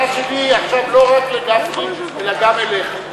השאלה שלי היא עכשיו לא רק לגפני אלא גם אליך.